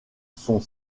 sont